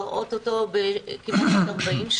או-טו-טו כמעט בת 40,